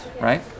right